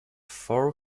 four